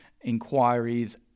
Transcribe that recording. inquiries